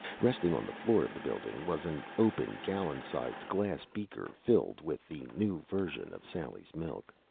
resting on the floor of the building was an open, gallon-sized glass beaker filled with the new version of sally's milk.